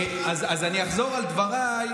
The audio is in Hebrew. אז אני אחזור על דבריי,